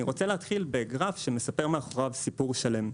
אני רוצה להתחיל בגרף שמספר מאחוריו סיפור שלם.